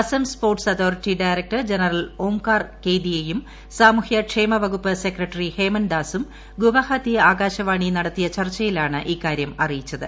Assam sports authority director general Omkar കേദിയയും സാമൂഹൃ ക്ഷേമവകുപ്പ് സെക്രട്ടറി ഹേമൻദാസും ഗുവഹത്തി ആകാശവാണി നടത്തിയ ചർച്ചയിലാണ് ഇക്കാര്യം അറിയിച്ചത്